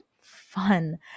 fun